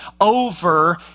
over